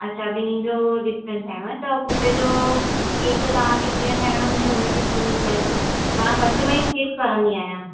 अच्छा ॿिनिनि जो डीफ़रंट ठाइणो आहे त पुट जो केक तव्हांखे कीअं ठाइणो आहे मूंखे हुनजी थीम ॿुधायजो मां कस्टमाइज़ केक करंदी आहियां